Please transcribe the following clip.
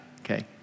okay